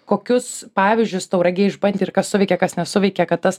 kokius pavyždžius tauragė išbandė ir kas suveikė kas nesuveikė kad tas